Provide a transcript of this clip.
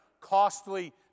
costly